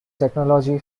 technology